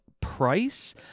price